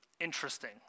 interesting